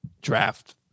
draft